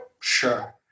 Sure